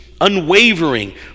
unwavering